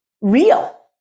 real